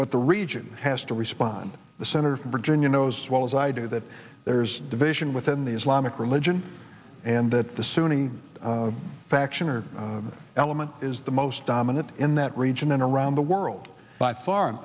but the region has to respond the senator from virginia knows well as i do there's division within the islamic religion and that the sunni faction or element is the most dominant in that region and around the world by far